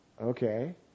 Okay